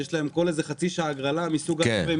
שיש להם בכל חצי שעה הגרלה מסוג אחר ואנשים